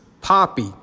poppy